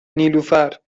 نیلوفرنه